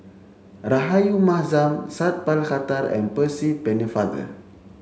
Rahayu Mahzam Sat Pal Khattar and Percy Pennefather